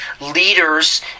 leaders